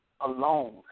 alone